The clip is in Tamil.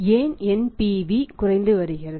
ஏன் NPV குறைந்து வருகிறது